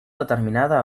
determinada